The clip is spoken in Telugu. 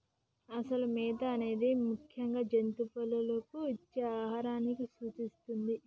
అసలు మేత అనేది ముఖ్యంగా జంతువులకు ఇచ్చే ఆహారాన్ని సూచిస్తుంది